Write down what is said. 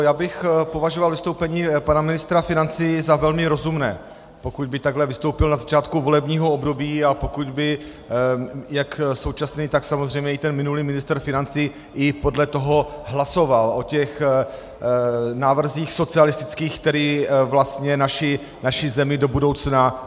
Já bych považoval vystoupení pana ministra financí za velmi rozumné, pokud by takhle vystoupil na začátku volebního období a pokud by jak současný, tak samozřejmě i ten minulý ministr financí i podle toho hlasoval o návrzích socialistických, které vlastně naši zemi do budoucna zadlužovaly.